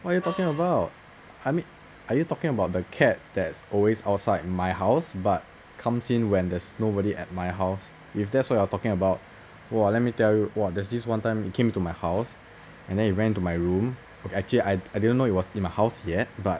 what you are talking about I mean are you talking about the cat that's always outside my house but comes in when there's nobody at my house if that's what you're talking about !wah! let me tell you !wah! there's this one time it came to my house and then it ran into my room okay actually I I didn't know it was in my house yet but